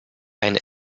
ein